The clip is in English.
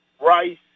rice